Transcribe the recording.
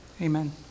amen